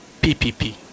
PPP